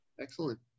Excellent